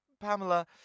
Pamela